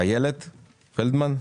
איילת פלדמן?